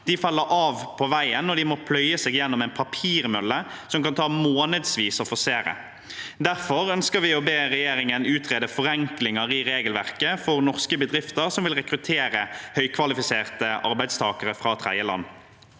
faller av på veien, når de må pløye seg gjennom en papirmølle som kan ta månedsvis å forsere. Derfor ønsker vi å be regjeringen utrede forenklinger i regelverket for norske bedrifter som vil rekruttere høykvalifiserte arbeidstakere fra tredjeland.